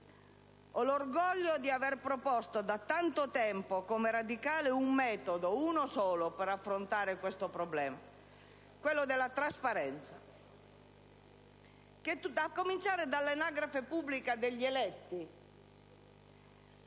Ho l'orgoglio di aver proposto da tanto tempo, come radicale, un metodo - e uno solo - per affrontare questo problema: quello della trasparenza, a cominciare dall'anagrafe pubblica degli eletti.